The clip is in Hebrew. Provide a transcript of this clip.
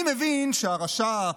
אני מבין שהרש"פ,